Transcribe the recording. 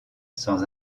sans